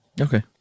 Okay